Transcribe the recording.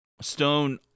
Stone